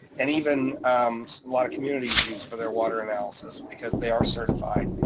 and even a lot of communities use for their water analysis because they are certified,